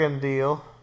deal